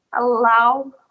allow